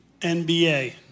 NBA